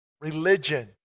Religion